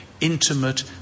intimate